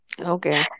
Okay